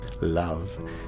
love